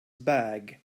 bag